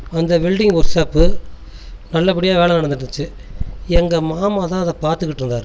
அந்த welding work ஷாப்பில் நல்ல படியாக வேலை நடந்துக்கிட்டு இருந்துச்சு எங்கள் மாமா தான் அதை பார்த்துக்கிட்டு இருந்தாரு